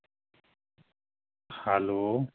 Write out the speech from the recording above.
hello